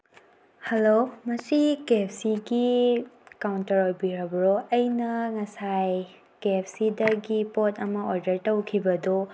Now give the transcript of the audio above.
hello ꯃꯁꯤ ꯀꯦ ꯑꯦꯞ ꯁꯤꯒꯤ ꯀꯥꯎꯟꯇꯔ ꯑꯣꯏꯕꯤꯔꯕ꯭ꯔꯣ ꯑꯩꯅ ꯉꯁꯥꯏ ꯀꯦ ꯑꯦꯞ ꯁꯤꯗꯒꯤ ꯄꯣꯠ ꯑꯃ ꯑꯣꯗꯔ ꯇꯧꯈꯤꯕꯗꯣ